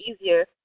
easier